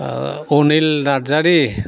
Anil Narzary